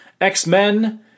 X-Men